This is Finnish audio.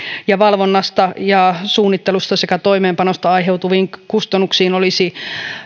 ja valvonnasta ja suunnittelusta sekä toimeenpanosta aiheutuviin kustannuksiin olisi